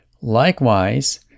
Likewise